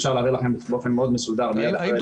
אפשר להראות לכם באופן מאוד מסודר מיד אחרי הדיון.